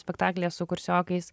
spektaklyje su kursiokais